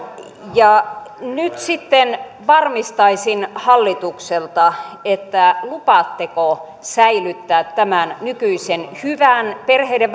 nyt sitten varmistaisin hallitukselta lupaatteko säilyttää tämän nykyisen hyvän perheiden